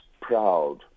proud